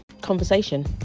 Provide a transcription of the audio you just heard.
conversation